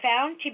found